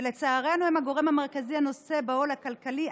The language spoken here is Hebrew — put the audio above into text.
ולצערנו הן הגורם המרכזי הנושא בעול הכלכלי,